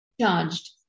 Charged